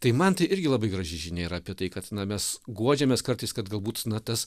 tai man tai irgi labai graži žinia yra apie tai kad na mes guodžiamės kartais kad galbūt na tas